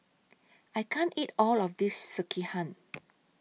I can't eat All of This Sekihan